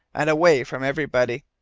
and away from everybody.